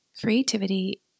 creativity